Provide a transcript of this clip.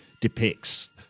depicts